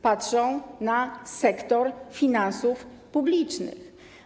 Patrzą na sektor finansów publicznych.